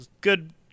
good